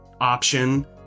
option